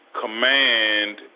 command